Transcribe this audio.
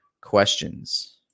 questions